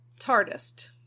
TARDIST